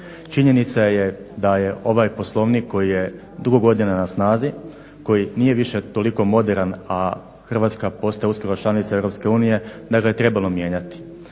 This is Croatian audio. činjenica je daje ovaj Poslovnik koji je dugo godina na snazi koji nije toliko više moderan, a Hrvatska uskoro postaje članica EU da ga je trebalo mijenjati.